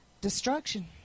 destruction